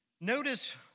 Notice